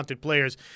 players